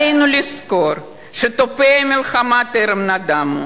עלינו לזכור שתופי המלחמה טרם נדמו,